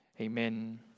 Amen